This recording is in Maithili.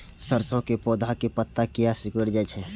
सरसों के पौधा के पत्ता किया सिकुड़ जाय छे?